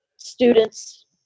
Students